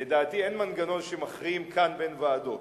לדעתי, אין מנגנון שמכריעים כאן בין ועדות.